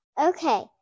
Okay